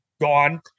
gone